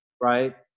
Right